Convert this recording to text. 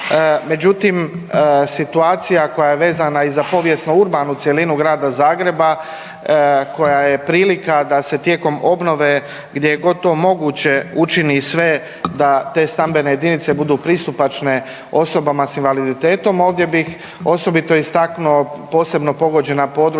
međutim situacija koja je vezana i za povijesno urbanu cjelinu Grada Zagreba koja je prilika da se tijekom obnove gdje je god to moguće učini sve da te stambene jedinice budu pristupačne osobama s invaliditetom ovdje bih osobito istaknuo posebno pogođena područja